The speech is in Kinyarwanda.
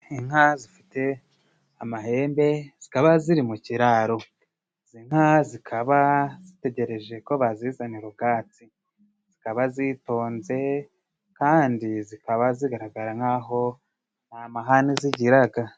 Inka zifite amahembe zikaba ziri mu kiraro. Izi nka zikaba zitegereje ko bazizanira ubwatsi， zikaba zitonze， kandi zikaba zigaragara nk'aho nta mahane zigiraga.